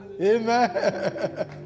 Amen